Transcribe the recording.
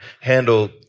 handle